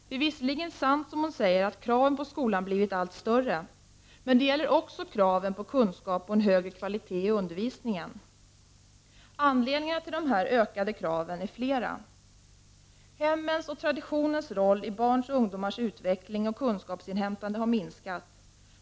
Det är visserligen sant att kraven på skolan blivit större, men det gäller även kraven på mer kunskap och en högre kvalitet i undervisningen. Anledningarna till dessa ökade krav är flera. Hemmens och traditionens roll i barns och ungdomars utveckling och kunskapsinhämtande har minskat.